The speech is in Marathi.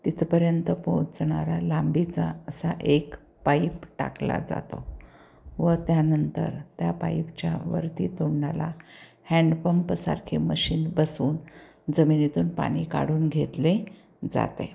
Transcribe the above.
तिथंपर्यंत पोहोचणारा लांबीचा असा एक पाईप टाकला जातो व त्यानंतर त्या पाईपच्या वरती तोंडाला हँडपंपसारखे मशीन बसवून जमिनीतून पाणी काढून घेतले जाते